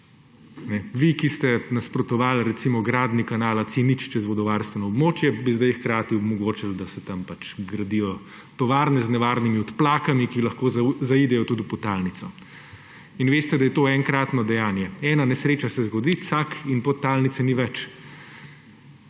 Vi, ki ste nasprotovali, recimo, gradnji kanala C-0 čez vodovarstveno območje, bi zdaj hkrati omogočili, da se tam pač gradijo tovarne z nevarnimi odplakami, ki lahko zaidejo tudi v podtalnico. In veste, da je to enkratno dejanje, ena nesreča se zgodi – cak, in podtalnice ni več!